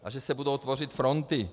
A že se budou tvořit fronty.